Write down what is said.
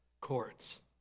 courts